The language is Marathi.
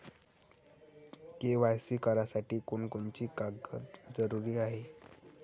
के.वाय.सी करासाठी कोनची कोनची कागद जरुरी हाय?